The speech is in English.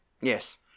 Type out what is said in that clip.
Yes